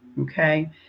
okay